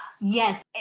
Yes